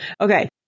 Okay